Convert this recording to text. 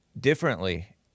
differently